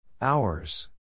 Hours